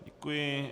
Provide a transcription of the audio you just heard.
Děkuji.